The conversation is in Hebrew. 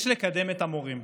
יש לקדם את המורים,